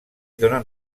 donen